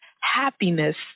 happiness